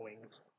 wings